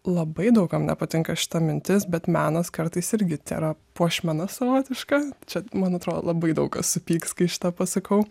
labai daug kam nepatinka šita mintis bet menas kartais irgi tėra puošmena savotiška čia man atrodo labai daug kas supyks kai šitą pasakau